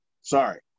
Sorry